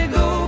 go